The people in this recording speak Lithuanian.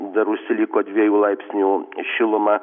dar užsiliko dviejų laipsnių šiluma